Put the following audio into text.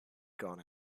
gone